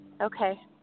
Okay